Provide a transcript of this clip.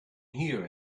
hear